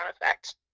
effect